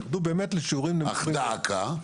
ירדו באמת לשיעורים נמוכים -- אך דא עקא?